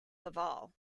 laval